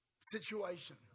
situation